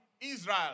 Israel